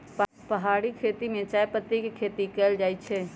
पहारि खेती में चायपत्ती के खेती कएल जाइ छै